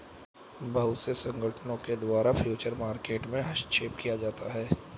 बहुत से संगठनों के द्वारा फ्यूचर मार्केट में हस्तक्षेप किया जाता है